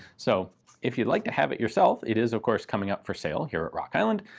so if you'd like to have it yourself it is, of course, coming for sale here at rock island.